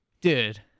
Dude